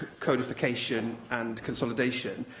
codification and consolidation,